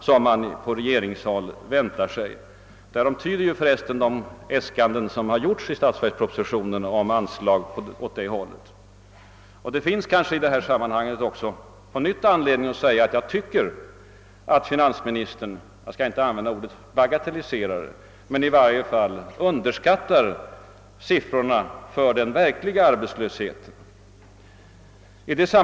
Att det råder tveksamhet härom vittnar de äskanden om som gjorts i statsverkspropositionen om anslag för sysselsättningspolitiken. Jag vill i det sammanhanget än en gång framhålla att jag tycker att finansministern, jag skall inte använda ordet bagatelliserar, men i varje fall klart underskattar siffrorna för den verkliga arbetslösheten i vårt land.